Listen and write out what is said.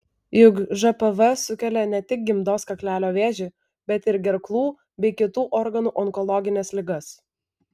juk žpv sukelia ne tik gimdos kaklelio vėžį bet ir gerklų bei kitų organų onkologines ligas